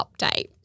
update